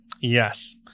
Yes